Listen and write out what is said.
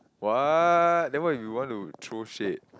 what then what if you want to throw shade